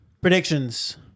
predictions